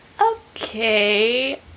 Okay